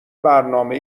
برنامه